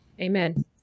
Amen